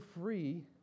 free